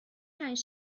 پنج